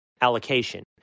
allocation